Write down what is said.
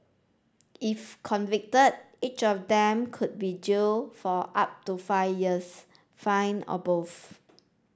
if convicted each of them could be jail for up to five years fine or both